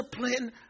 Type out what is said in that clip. discipline